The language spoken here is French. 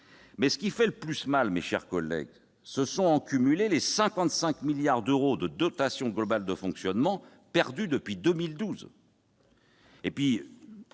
Mais ce qui fait le plus mal, mes chers collègues, ce sont les 55 milliards d'euros de dotation globale de fonctionnement perdus en cumulé depuis 2012.